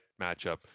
matchup